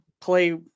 play